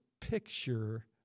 picture